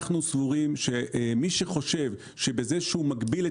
אנחנו סבורים שמי שחושב שבזה שהוא מגביל את